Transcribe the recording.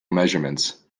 measurements